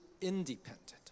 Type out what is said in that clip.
independent